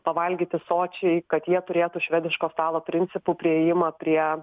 pavalgyti sočiai kad jie turėtų švediško stalo principu priėjimą prie